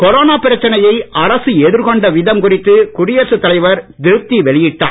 corona பிரச்சனையை அரசு எதிர்கொண்ட விதம் குறித்து குடியரசுத் தலைவர் திருப்தி வெளியிட்டார்